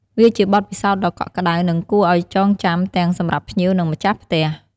វាជាបទពិសោធន៍ដ៏កក់ក្តៅ និងគួរឱ្យចងចាំទាំងសម្រាប់ភ្ញៀវ និងម្ចាស់ផ្ទះ។